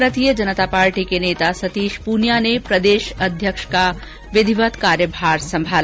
भारतीय जनता पार्टी के नेता सतीश पूनिया ने प्रदेश अध्यक्ष पद का विधिवत कार्यभार संभाला